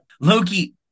Loki